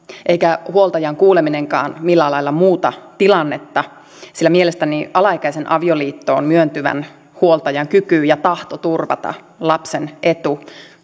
eikä huoltajan kuuleminenkaan millään lailla muuta tilannetta sillä mielestäni alaikäisen avioliittoon myöntyvän huoltajan kyky ja tahto turvata lapsen etu